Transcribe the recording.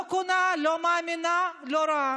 לא קונה, לא מאמינה, לא רואה.